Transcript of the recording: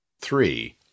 Three